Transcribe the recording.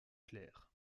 clair